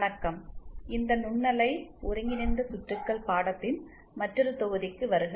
வணக்கம் இந்த நுண்ணலை ஒருங்கிணைந்த சுற்றுகள் பாடத்தின் மற்றொரு தொகுதிக்கு வருக